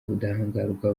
ubudahangarwa